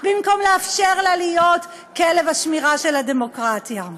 במקום לאפשר לה להיות כלב השמירה של הדמוקרטיה?